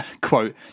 quote